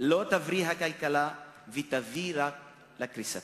לא תבריא את הכלכלה ותביא רק לקריסתה.